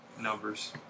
numbers